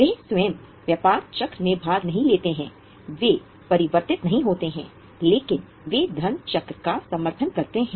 वे स्वयं व्यापार चक्र में भाग नहीं लेते हैं वे परिवर्तित नहीं होते हैं लेकिन वे धन चक्र का समर्थन करते हैं